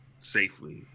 safely